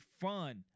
fun